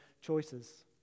choices